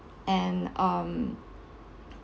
and um